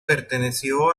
perteneció